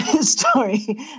story